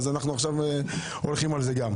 אז אנחנו עכשיו גם הולכים על זה.